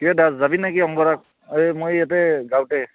কিয়ে দাস যাবি নেকি অংগৰাগ এই মই ইয়াতে গাঁৱতে